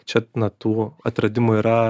čia na tų atradimų yra